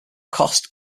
cost